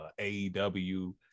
AEW